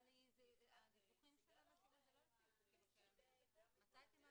אבל שהשרה תדע שזה שיח שנמצא על